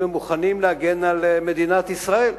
אם הם מוכנים להגן על מדינת ישראל.